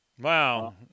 Wow